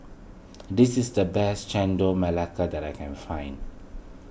this is the best Chendol Melaka that I can find